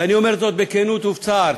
ואני אומר זאת בכנות ובצער,